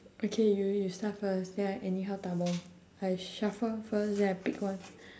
okay you you start first then I anyhow 拿：na lor I shuffle first then I pick one